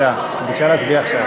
אנחנו נצביע בהצבעה אחת.